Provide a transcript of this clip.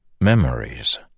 Memories